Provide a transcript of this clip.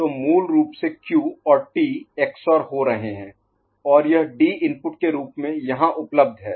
तो मूल रूप से क्यू और टी XOR हो रहे हैं और यह डी इनपुट के रूप में यहां उपलब्ध है